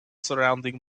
surrounding